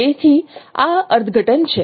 તેથી આ અર્થઘટન છે